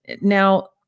Now